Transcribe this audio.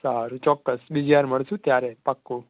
સારું ચોક્કસ બીજી વાર મળશુ ત્યારે પાક્કું